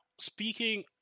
speaking